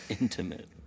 intimate